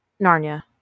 narnia